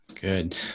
Good